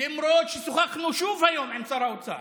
למרות ששוחחנו שוב היום עם שר האוצר